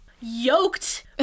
yoked